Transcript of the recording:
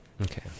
Okay